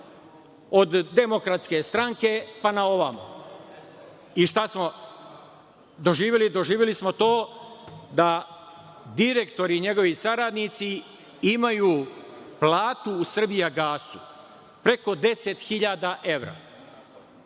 direktor, od DS pa na ovamo. Šta smo doživeli? Doživeli smo to da direktor i njegovi saradnici imaju platu u „Srbijagasu“ preko 10.000 evra.